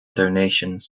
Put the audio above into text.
donations